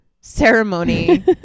ceremony